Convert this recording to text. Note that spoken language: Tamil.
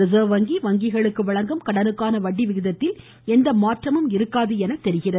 ரிசர்வ் வங்கி வங்கிகளுக்கு வழங்கும் கடனுக்கான வட்டி விகிதத்தில் எந்த மாற்றமும் இருக்காது என தெரிகிறது